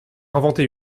inventé